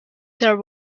there